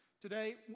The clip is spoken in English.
today